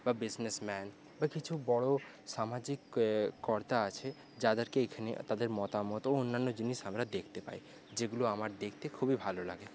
বা বিজনেসম্যান বা কিছু বড়ো সামজিক কর্তা আছে যাদেরকে এখানে তাদের মতামত ও অন্যান্য জিনিস আমরা দেখতে পাই যেগুলো আমার দেখতে খুবই ভালো লাগে